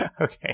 Okay